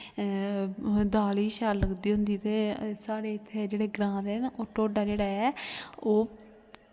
दाल ई शैल लगदी होंदी ते साढ़ा जेह्ड़ा इत्थें ग्रांऽ ऐ ना ओह् ढोड्डा जेह्ड़ा